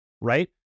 right